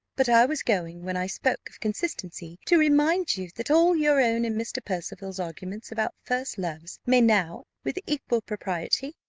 but i was going, when i spoke of consistency, to remind you that all your own and mr. percival's arguments about first loves may now, with equal propriety,